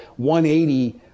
180